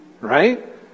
right